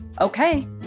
Okay